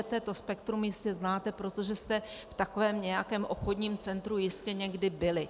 To spektrum jistě znáte, protože jste v takovém nějakém obchodním centru jistě někdy byli.